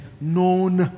known